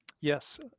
Yes